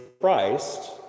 Christ